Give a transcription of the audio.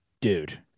Dude